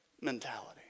mentality